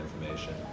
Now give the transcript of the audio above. information